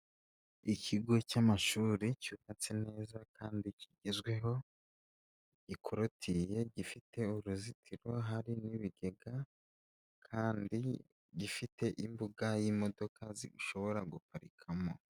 Ikigo cy'amashuri cyubatse neza kandi kigezweho, gikorotiriye gifite uruzitiro hari n'ibigega kandi gifite imbuga y'imodoka zishobora guparikamo.